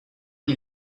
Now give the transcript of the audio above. die